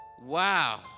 Wow